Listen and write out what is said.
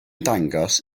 dangos